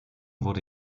wurde